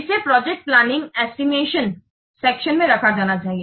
इसे project planning estimation section में रखा जाना चाहिए